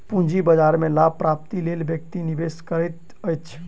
पूंजी बाजार में लाभ प्राप्तिक लेल व्यक्ति निवेश करैत अछि